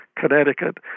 Connecticut